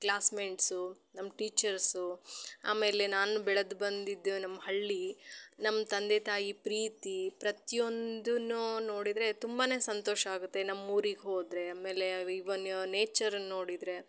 classmates ನಮ್ಮ teachers ಆಮೇಲೆ ನಾನು ಬೆಳೆದು ಬಂದಿದ್ದ ನಮ್ಮ ಹಳ್ಳಿ ನಮ್ಮ ತಂದೆ ತಾಯಿ ಪ್ರೀತಿ ಪ್ರತಿಯೊಂದನ್ನು ನೋಡಿದರೆ ತುಂಬಾ ಸಂತೋಷ ಆಗುತ್ತೆ ನಮ್ಮ ಊರಿಗೆ ಹೋದರೆ ಆಮೇಲೆ ಈವನ್ ನೇಚರನ್ನು ನೋಡಿದರೆ